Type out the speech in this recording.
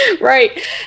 Right